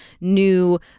new